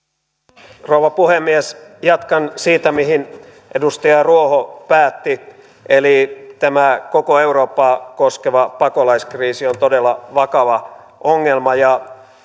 arvoisa rouva puhemies jatkan siitä mihin edustaja ruoho päätti eli tämä koko eurooppaa koskeva pakolaiskriisi on todella vakava ongelma ja